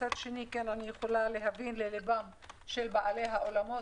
מצד שני, אני יכולה להבין לליבם של בעלי האולמות.